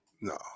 No